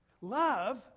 Love